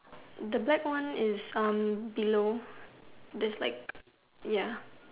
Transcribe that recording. the black one is below there's like ya